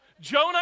Jonah